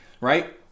right